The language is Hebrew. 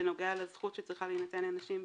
בנוגע לזכות שצריכה להינתן לנשים בהיריון,